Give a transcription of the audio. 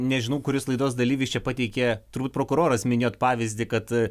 nežinau kuris laidos dalyvis čia pateikė turbūt prokuroras minėjot pavyzdį kad